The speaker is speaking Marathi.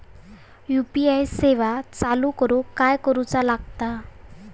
यू.पी.आय सेवा चालू करूक काय करूचा लागता?